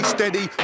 Steady